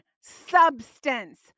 substance